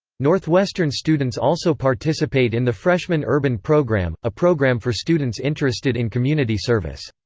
northwestern students also participate in the freshman urban program, a program for students interested in community service.